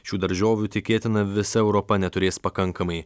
šių daržovių tikėtina visa europa neturės pakankamai